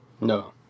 No